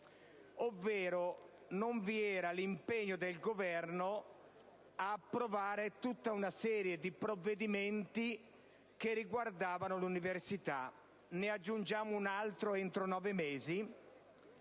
ovvero non vi era l'impegno del Governo ad approvare tutta una serie di provvedimenti riguardanti l'università. Ne aggiungiamo un altro entro nove mesi?